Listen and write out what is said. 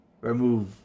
remove